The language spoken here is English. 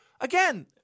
Again